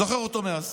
זוכר אותו מאז.